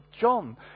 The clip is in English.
John